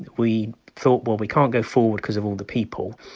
we thought, well, we can't go forward because of all the people,